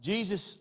Jesus